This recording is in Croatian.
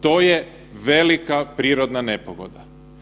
To je velika prirodna nepogoda.